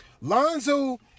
Lonzo